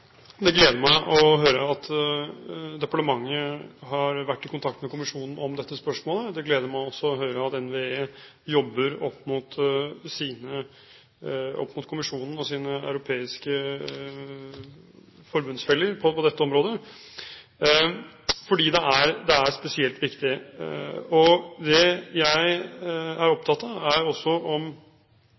Det gleder meg å høre at departementet har vært i kontakt med kommisjonen om dette spørsmålet. Det gleder meg også å høre at NVE jobber opp mot kommisjonen og sine europeiske forbundsfeller på dette området, fordi det er spesielt viktig. Det jeg er opptatt av, er